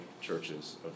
churches